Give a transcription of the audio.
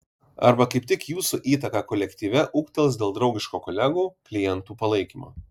arba kaip tik jūsų įtaka kolektyve ūgtels dėl draugiško kolegų klientų palaikymo